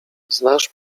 znasz